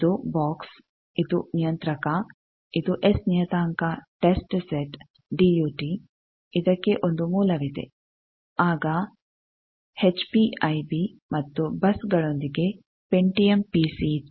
ಇದು ಬಾಕ್ಸ್ ಇದು ನಿಯಂತ್ರಕ ಇದು ಎಸ್ ನಿಯತಾಂಕ test set D U T ಇದಕ್ಕೆ ಒಂದು ಮೂಲವಿದೆ ಆಗ ಎಚ್ ಪಿ ಐ ಬಿ ಮತ್ತು ಬಸ್ಗಳೊಂದಿಗೆ ಪೆಂಟಿಯಮ್ ಪಿ ಸಿ ಇತ್ತು